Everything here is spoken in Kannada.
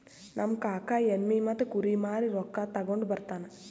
ನಮ್ ಕಾಕಾ ಎಮ್ಮಿ ಮತ್ತ ಕುರಿ ಮಾರಿ ರೊಕ್ಕಾ ತಗೊಂಡ್ ಬರ್ತಾನ್